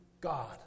God